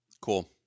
Cool